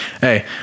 hey